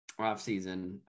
offseason